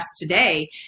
today